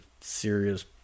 serious